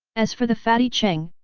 as for the fatty cheng,